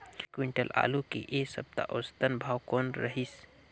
एक क्विंटल आलू के ऐ सप्ता औसतन भाव कौन रहिस?